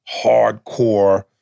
hardcore